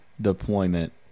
deployment